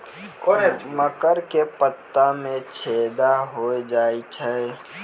मकर के पत्ता मां छेदा हो जाए छै?